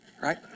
Right